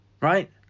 right